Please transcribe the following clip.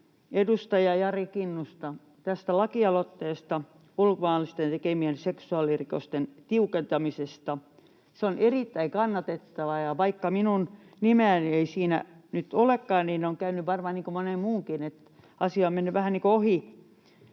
edustaja Jari Kinnusta tästä lakialoitteesta ulkomaalaisten tekemien seksuaalirikosten tiukentamisesta. Se on erittäin kannatettava, vaikka minun nimeäni ei siinä nyt olekaan — on käynyt varmaan niin kuin monen muunkin, että asia on mennyt vähän niin kuin ohi